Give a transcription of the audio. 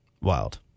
Wild